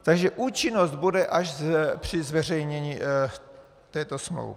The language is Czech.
Takže účinnost bude až při zveřejnění této smlouvy.